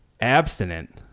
abstinent